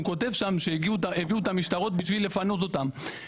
הוא כותב שהביאו את המשטרות בשביל לפנות אותם.